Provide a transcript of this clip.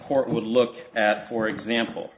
court would look at for example